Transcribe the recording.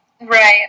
right